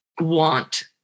want